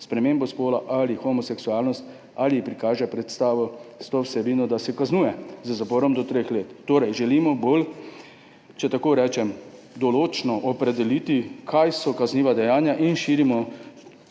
spremembo spola ali homoseksualnost ali prikaže predstavo s to vsebino, da se kaznuje z zaporom do treh let.« Torej, želimo bolj, če tako rečem, določno opredeliti, kaj so kazniva dejanja in širimo